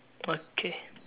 okay